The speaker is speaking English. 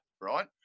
right